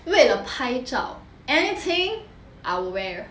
为了拍照 anything I will wear